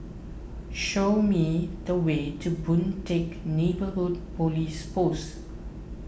show me the way to Boon Teck Neighbourhood Police Post